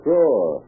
Sure